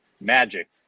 Magic